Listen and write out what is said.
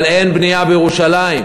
אבל אין בנייה בירושלים.